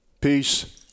Peace